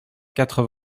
quatre